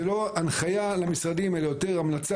זה לא הנחיה למשרדים אלא יותר המלצה